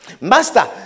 Master